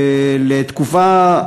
לתקופה,